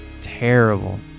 Terrible